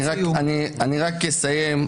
אני רק אסיים,